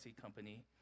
company